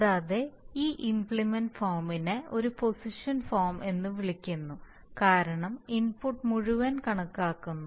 കൂടാതെ ഈ ഇംപ്ലിമെൻറ് ഫോമിനെ ഒരു പൊസിഷൻ ഫോം എന്ന് വിളിക്കുന്നു കാരണം ഇൻപുട്ട് മുഴുവൻ കണക്കാക്കുന്നു